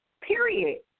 period